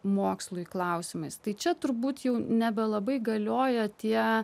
mokslui klausimais tai čia turbūt jau nebelabai galioja tie